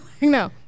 No